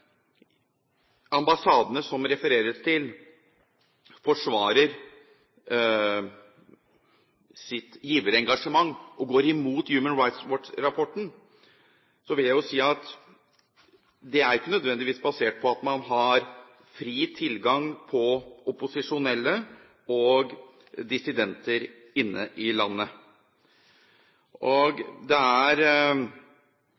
ambassadene, som det refereres til, forsvarer sitt giverengasjement og går imot Human Rights Watch-rapporten, vil jeg si at det ikke nødvendigvis er basert på at man har fri tilgang på opposisjonelle og dissidenter inne i landet.